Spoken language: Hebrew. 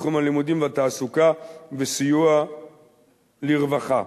בתחום הלימודים והתעסוקה וסיוע לרווחה.